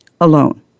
alone